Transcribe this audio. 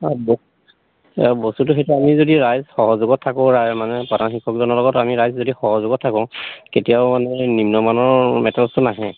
অঁ বস্তুটো সেইটো আমি যদি ৰাইজ সহযোগত থাকোঁ ৰাইজ মানে প্ৰধান শিক্ষকজনৰ লগত আমি ৰাইজ যদি সহযোগত থাকোঁ কেতিয়াও মানে নিম্নমানৰ মেটলছটো নাহে